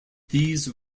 these